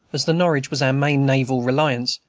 as the norwich was our main naval reliance,